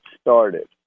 started